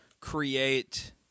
create